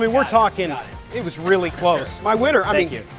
we're talking it was really close. my winner thank you,